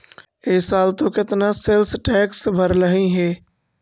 ई साल तु केतना सेल्स टैक्स भरलहिं हे